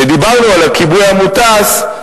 שדיברנו על הכיבוי המוטס,